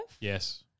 Yes